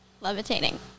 Levitating